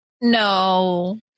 No